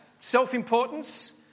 self-importance